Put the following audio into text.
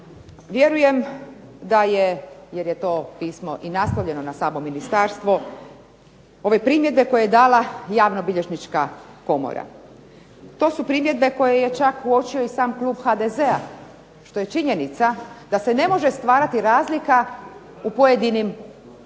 Vjerujem da je, jer je to pismo i naslovljeno na samo ministarstvo, ove primjedbe koje je dala Javnobilježnička komora. To su primjedbe koje je čak uočio i sam klub HDZ-a što je i činjenica da se ne može stvarati razlika u pojedinim službama,